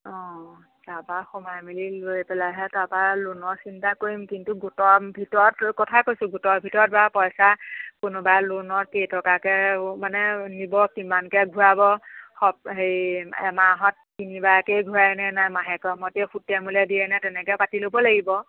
অঁ তাপা সোমাই মেলি গৈ পেলাইহে তাপা লোনৰ চিন্তা কৰিম কিন্তু গোটৰ ভিতৰত কথা কৈছোঁ গোটৰ ভিতৰত বা পইচা কোনোবাই লোনত কেইটকাকৈ মানে নিব কিমানকৈ ঘূৰাব সপ হেৰি এমাহত তিনিবাৰকৈ ঘূৰাই নে নাই মাহেক্ৰমতে সূতে মূলে দিয়েনে তেনেকৈ পাতি ল'ব লাগিব